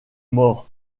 mord